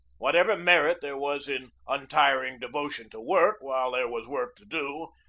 whatever merit there was in untiring devotion to work while there was work to do,